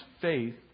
faith